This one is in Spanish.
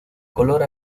color